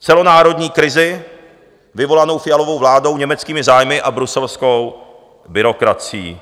Celonárodní krizi vyvolanou Fialovou vládou, německými zájmy a bruselskou byrokracií.